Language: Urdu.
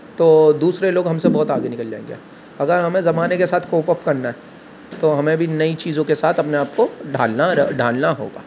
تو دوسرے لوگ ہم سے بہت آگے نکل جائیں گے اگر ہمیں زمانے کے ساتھ کوپ اپ کرنا ہے تو ہمیں بھی نئی چیزوں کے ساتھ اپنے آپ کو ڈھالنا ڈھالنا ہوگا